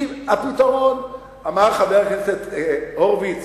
כי הפתרון, אמר חבר הכנסת הורוביץ: